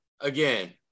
again